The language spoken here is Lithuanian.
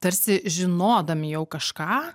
tarsi žinodami jau kažką